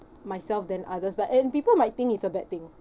myself than others but and people might think it's a bad thing